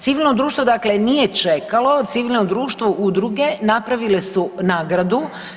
Civilno društvo dakle nije čekalo, civilno društvo udruge napravile su nagradu.